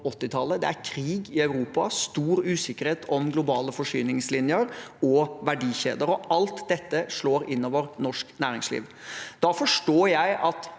Det er krig i Europa og stor usikkerhet om globale forsyningslinjer og verdikjeder. Alt dette slår inn over norsk næringsliv. Da forstår jeg at